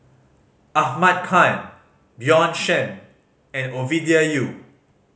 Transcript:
Ahmad Khan Bjorn Shen and Ovidia Yu